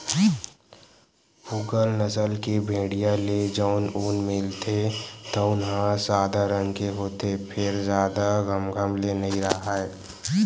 पूगल नसल के भेड़िया ले जउन ऊन मिलथे तउन ह सादा रंग के होथे फेर जादा घमघम ले नइ राहय